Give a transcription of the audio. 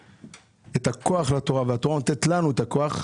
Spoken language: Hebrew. את הכוח לתורה והתורה נותנת לנו את הכוח.